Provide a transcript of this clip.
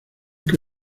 que